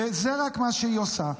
ורק זה מה שהיא עושה,